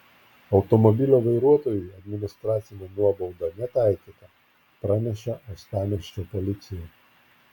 automobilio vairuotojui administracinė nuobauda netaikyta praneša uostamiesčio policija